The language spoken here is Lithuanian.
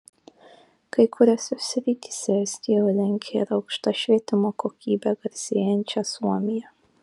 kai kuriose srityse estija jau lenkia ir aukšta švietimo kokybe garsėjančią suomiją